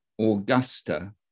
Augusta